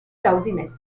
drowsiness